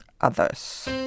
others